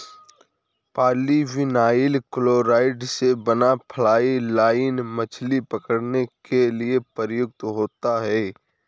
polyvinyl chloride से बना fly line मछली पकड़ने के लिए प्रयुक्त होता है